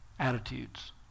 attitudes